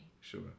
sure